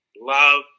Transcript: love